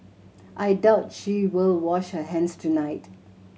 I doubt she will wash her hands tonight